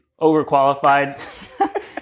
overqualified